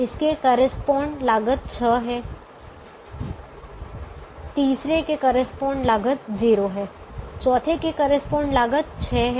इसके करेस्पॉन्ड लागत छह है तीसरे के करेस्पॉन्ड लागत 0 है चौथे के करेस्पॉन्ड लागत छह है